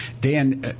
Dan